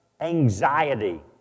anxiety